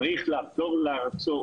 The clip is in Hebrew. צריך לחזור לארצו.